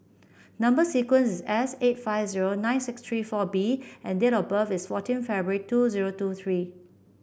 number sequence is S eight five zero nine six three four B and date of birth is fourteen February two zero two three